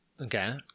Okay